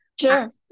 Sure